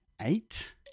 Eight